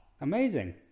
Amazing